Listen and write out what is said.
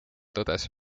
tõdes